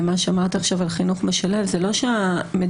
אני רוצה להתייחס למה שאמרת עכשיו על חינוך משלב.